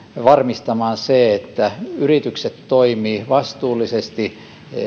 varmistamaan se että yritykset toimivat vastuullisesti